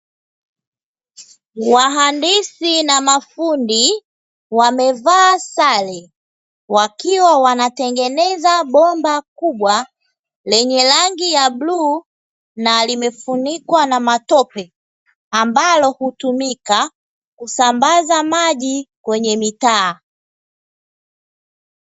Wahandishi na mafundi wamevaa sare wakiwa wanatengeneza bomba kubwa lenye rangi ya bluu na limefunikwa na matope, ambalo hutumika kusambaza maji kwenye mitaa.